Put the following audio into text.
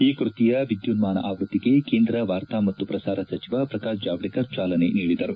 ಈ ಕೃತಿಯ ವಿದ್ಯುನ್ನಾನ ಆವೃತ್ತಿಗೆ ಕೇಂದ್ರ ವಾರ್ತಾ ಮತ್ತು ಪ್ರಸಾರ ಸಚಿವ ಪ್ರಕಾಶ್ ಜಾವಡೇಕರ್ ಚಾಲನೆ ನೀಡಿದರು